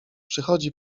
przychodzi